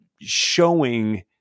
showing